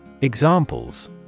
Examples